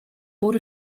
board